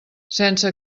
sense